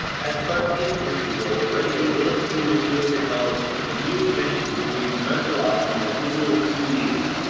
as photonic crystals are already a relatively mature technology, the new invention could be commercialised in as little as two years.